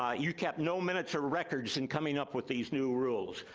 ah you kept no minutes or records in coming up with these new rules.